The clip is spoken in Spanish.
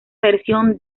versión